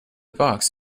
box